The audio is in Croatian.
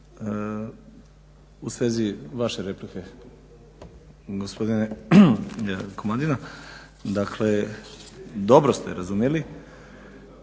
u svezi vaše replike gospodine Komadina, dakle dobro ste razumjeli